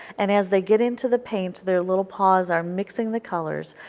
and as they get into the paint, their little paws are mixing the colors,